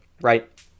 right